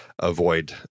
avoid